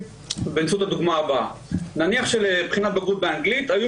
באמצעות הדוגמה הבאה: נניח שלבחינת בגרות באנגלית היו